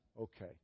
Okay